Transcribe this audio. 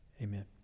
Amen